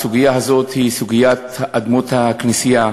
הסוגיה הזאת היא סוגיית אדמות הכנסייה,